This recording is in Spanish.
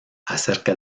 acerca